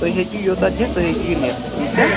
تُہۍ ہیٚکِو یوٚتَن یِتھ تُہۍ ہیٚکِو یہِ نِتھ ٹھیٖک چھا